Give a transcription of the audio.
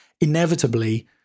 inevitably